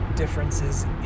differences